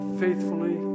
faithfully